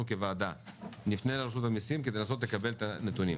כוועדה נפנה לרשות המעסים כדי לנסות לקבל את הנתונים.